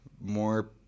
more